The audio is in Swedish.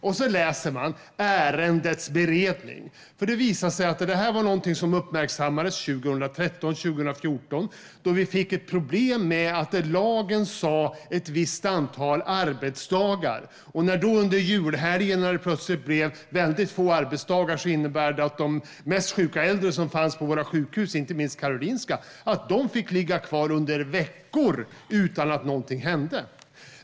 Där kan man läsa om ärendets beredning. Det visar sig då att detta var någonting som uppmärksammades 2013-2014, då vi fick ett problem med att lagen angav ett visst antal arbetsdagar. När det då under julhelgen plötsligt blev väldigt få arbetsdagar innebar det att de mest sjuka äldre som fanns på våra sjukhus, inte minst Karolinska, fick ligga kvar under veckor utan att någonting hände.